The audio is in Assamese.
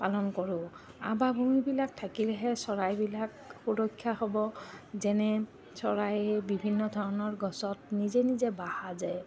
পালন কৰোঁ আৱাস ভূমিবিলাক থাকিলেহে চৰাইবিলাক সুৰক্ষা হ'ব যেনে চৰাইয়ে বিভিন্ন ধৰণৰ গছত নিজে নিজে বাঁহ সাজে